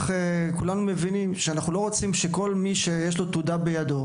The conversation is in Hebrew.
כולנו בטח מבינים שאנחנו לא רוצים שכל מי שיש לו תעודה בידו